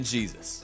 Jesus